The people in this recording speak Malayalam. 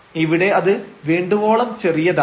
ഇവിടെ അത് വേണ്ടുവോളം ചെറിയതാണ്